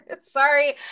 Sorry